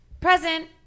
Present